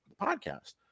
podcast